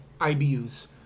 IBUs